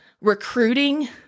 recruiting